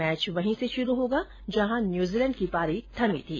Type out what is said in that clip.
match वहीं से शुरू होगा जहां न्यूजीलैण्ड की पारी थमी थी